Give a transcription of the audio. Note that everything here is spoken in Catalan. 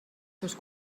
seus